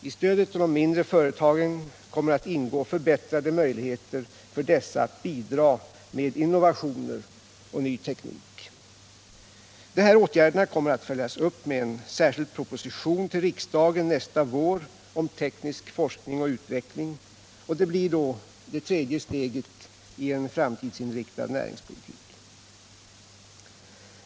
I stödet till de mindre företagen kommer att ingå förbättrade möjligheter för dessa att bidra med innovationer och ny teknik. Dessa åtgärder kommer nästa vår att följas upp med en proposition om teknisk forskning och utveckling. Det blir det tredje steget i en framtidsinriktad näringspolitik.